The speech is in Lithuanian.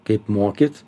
kaip mokyt